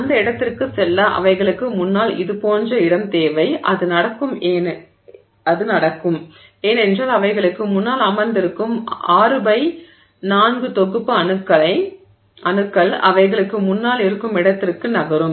அந்த இடத்திற்கு செல்ல அவைகளுக்கு முன்னால் இதேபோன்ற இடம் தேவை அது நடக்கும் ஏனென்றால் அவைகளுக்கு முன்னால் அமர்ந்திருக்கும் 6 ஆல் 4 தொகுப்பு அணுக்கள் அவைகளுக்கு முன்னால் இருக்கும் இடத்திற்கு நகரும்